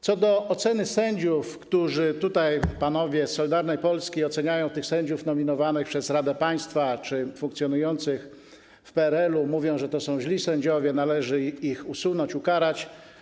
Co do oceny sędziów - tutaj panowie z Solidarnej Polski oceniają sędziów nominowanych przez Radę Państwa czy funkcjonujących w PRL-u, mówią, że to są źli sędziowie, że należy ich usunąć, ukarać.